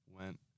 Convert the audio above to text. went